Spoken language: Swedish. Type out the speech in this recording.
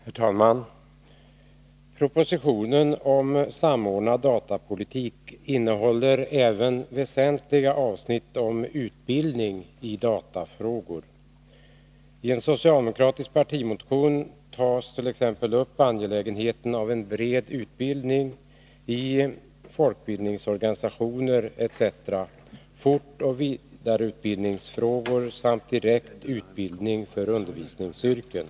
Herr talman! Propositionen om samordnad datapolitik innehåller även väsentliga avsnitt om utbildning i datafrågor. I en socialdemokratisk partimotion tas t.ex. upp angelägenheten av en bred utbildning i folkbildningsorganisationer etc., fortoch vidareutbildningsfrågor samt direkt utbildning för undervisningsyrken.